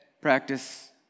practice